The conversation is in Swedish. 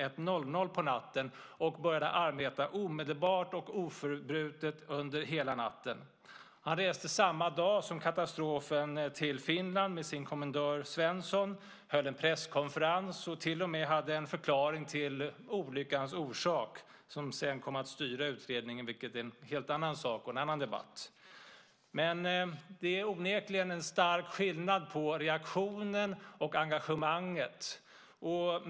01.00 på natten och började arbeta omedelbart och oförtrutet under hela natten. Han reste samma dag som katastrofen till Finland med sin kommendör Svensson, höll en presskonferens och hade till och med en förklaring till olyckans orsak - som sedan kom att styra utredningen, vilket är en helt annan sak och en annan debatt. Men det är onekligen en stark skillnad på reaktionen och engagemanget.